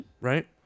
right